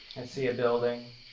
and see a building.